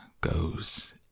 goes